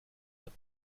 het